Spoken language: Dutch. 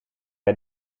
bij